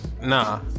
Nah